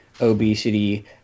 obesity